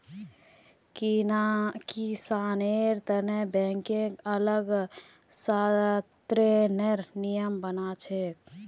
किसानेर तने बैंकक अलग स ऋनेर नियम बना छेक